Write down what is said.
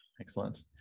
Excellent